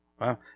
Wow